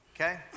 okay